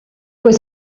was